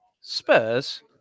Spurs